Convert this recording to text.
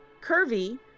curvy